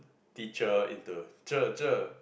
teacher into cher cher